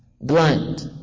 blind